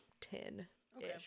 ten-ish